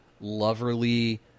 loverly